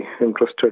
interested